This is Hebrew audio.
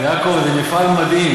חבר הכנסת כהן, יעקב, זה מפעל מדהים.